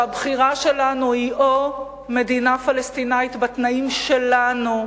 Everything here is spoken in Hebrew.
שהבחירה שלנו היא או מדינה פלסטינית בתנאים שלנו,